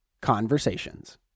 Conversations